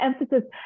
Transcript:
emphasis